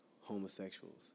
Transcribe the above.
homosexuals